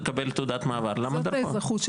אסור להחזיק פורמלית בשתי אזרחויות.